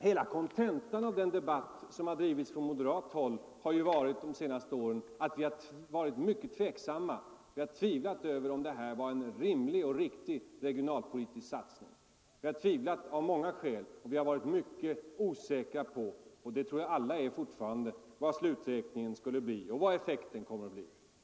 Hela kontentan av den debatt som drivits på moderat håll under de senaste åren har inneburit att vi varit mycket tveksamma och tvivlat på att detta var en rimlig och riktig regionalpolitisk satsning. Vi har tvivlat av många skäl. Vi har varit mycket osäkra på — och det tror jag att alla är fortfarande — vad effekten kommer att bli.